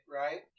right